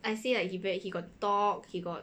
I say like he ve~ he got dog he got